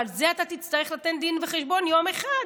ועל זה אתה תצטרך לתת דיון וחשבון יום אחד,